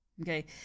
Okay